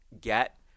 get